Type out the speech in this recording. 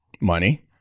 money